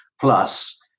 plus